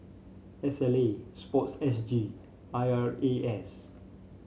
S L A sports S G I R A S